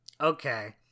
okay